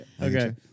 Okay